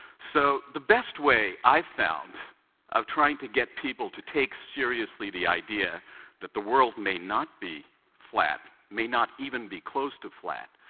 so the best way i've found of trying to get people to take seriously the idea that the world may not be flat, may not even be close to flat,